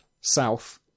South